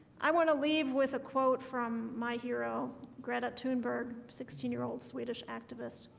i want to leave with a quote from my hero greta tun burg sixteen year old swedish activist